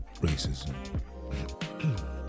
racism